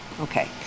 Okay